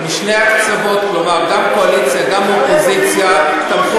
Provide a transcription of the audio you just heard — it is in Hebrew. זאת האפליה שלכם.